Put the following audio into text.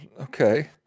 Okay